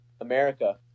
America